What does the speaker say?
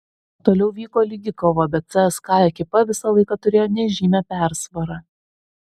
toliau vyko lygi kova bet cska ekipa visą laiką turėjo nežymią persvarą